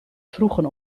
vroegen